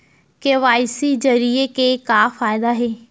KYC जरिए के का फायदा हे?